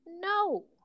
no